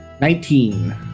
Nineteen